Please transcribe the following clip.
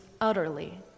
utterly